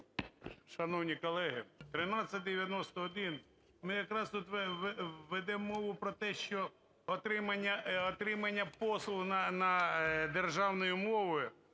Шановні колеги, 1391, ми якраз тут ведемо мову про те, що отримання послуг державною мовою